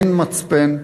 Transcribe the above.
אין מצפן,